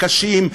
הקשים,